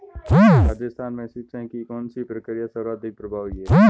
राजस्थान में सिंचाई की कौनसी प्रक्रिया सर्वाधिक प्रभावी है?